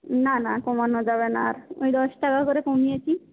না না কমানো যাবে না আর দশ টাকা করে কমিয়েছি